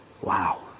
Wow